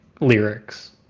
lyrics